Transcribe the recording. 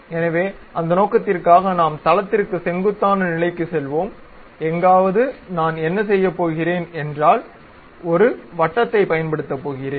எனவே அந்த நோக்கத்திற்காக நாம் தளத்திற்கு செங்குத்தான நிலைக்குச் செல்வோம் எங்காவது நான் என்ன செய்யப் போகிறேன் என்றால் ஒரு வட்டத்தைப் பயன்படுத்த போகிறேன்